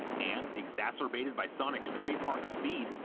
and exacerbated by sonic's trademark speed,